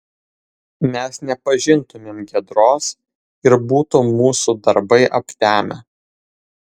mes nepažintumėm giedros ir būtų mūsų darbai aptemę